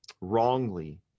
wrongly